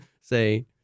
say